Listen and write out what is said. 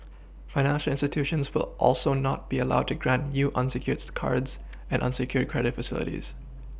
financial institutions will also not be allowed to grant new unsecured cards and unsecured credit facilities